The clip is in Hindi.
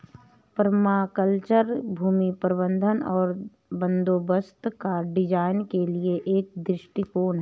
पर्माकल्चर भूमि प्रबंधन और बंदोबस्त डिजाइन के लिए एक दृष्टिकोण है